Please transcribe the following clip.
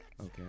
Okay